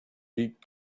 beak